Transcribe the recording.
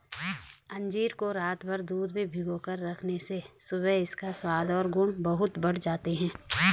अंजीर को रातभर दूध में भिगोकर रखने से सुबह इसका स्वाद और गुण बहुत बढ़ जाते हैं